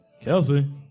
Kelsey